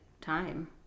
time